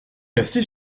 cassé